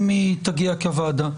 אם היא תגיע מהוועדה.